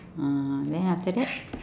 ah then after that